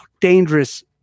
dangerous